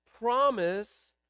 promise